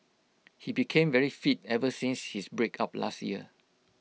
he became very fit ever since his breakup last year